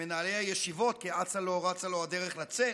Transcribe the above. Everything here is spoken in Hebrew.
כמנהלי הישיבות כי אצה לו רצה לו הדרך לצאת,